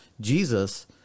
Jesus